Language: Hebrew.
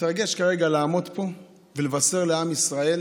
מתרגש כרגע לעמוד פה ולבשר לעם ישראל